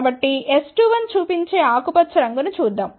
కాబట్టి S21 చూపించే ఆకుపచ్చ రంగు ను చూద్దాం